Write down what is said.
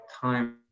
time